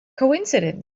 coincidence